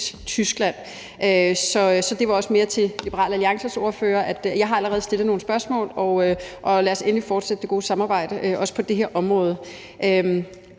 Tyskland. Så det var også mere til Liberal Alliances ordfører: Jeg har allerede stillet nogle spørgsmål, og lad os endelig fortsætte det gode samarbejde, også på det her område.